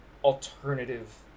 alternative